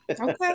Okay